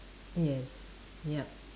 yes yup